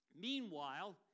Meanwhile